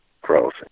growth